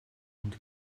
und